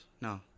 No